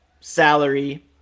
salary